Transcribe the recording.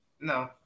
No